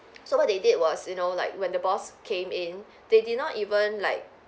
so what they did was you know like when the boss came in they did not even like